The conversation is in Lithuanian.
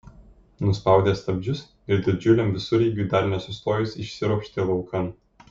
nuspaudė stabdžius ir didžiuliam visureigiui dar nesustojus išsiropštė laukan